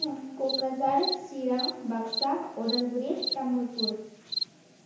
Kokrajhar Chirang Baksa Udalguri Tamulpur